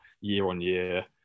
year-on-year